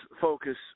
focus